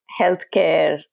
healthcare